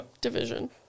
division